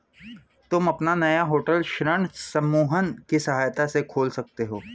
तुम अपना नया होटल ऋण समूहन की सहायता से खोल सकते हो